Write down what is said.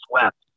swept